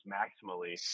maximally